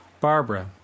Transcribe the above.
Barbara